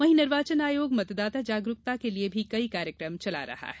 वहीं निर्वाचन आयोग मतदाता जागरूकता के लिये भी कई कार्यक्रम चला रहा है